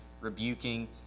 rebuking